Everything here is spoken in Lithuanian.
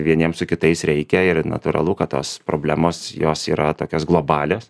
vieniem su kitais reikia ir natūralu kad tos problemos jos yra tokios globalios